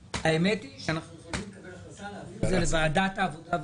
האמת אנחנו יכולים לקבל החלטה להעביר את זה לוועדת העבודה והרווחה.